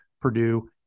Purdue